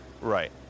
Right